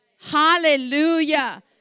Hallelujah